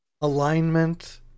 alignment